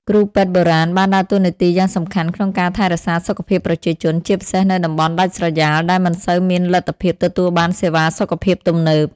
គ្រូពេទ្យបុរាណបានដើរតួនាទីយ៉ាងសំខាន់ក្នុងការថែរក្សាសុខភាពប្រជាជន ជាពិសេសនៅតំបន់ដាច់ស្រយាលដែលមិនសូវមានលទ្ធភាពទទួលបានសេវាសុខភាពទំនើប។